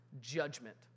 judgment